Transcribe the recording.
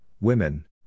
women